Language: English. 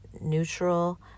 neutral